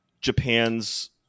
Japan's